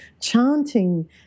chanting